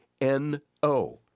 N-O